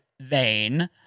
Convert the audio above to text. vain